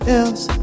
else